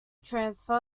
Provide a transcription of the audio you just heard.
transfer